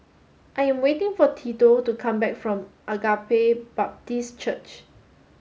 I am waiting for Tito to come back from Agape Baptist Church